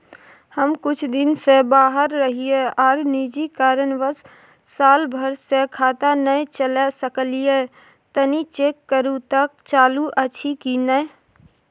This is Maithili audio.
हम कुछ दिन से बाहर रहिये आर निजी कारणवश साल भर से खाता नय चले सकलियै तनि चेक करू त चालू अछि कि नय?